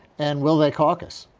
and will they caucus?